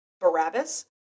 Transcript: Barabbas